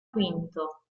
quinto